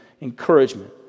encouragement